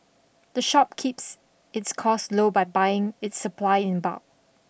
the shop keeps its costs low by buying its supply in bulk